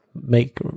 make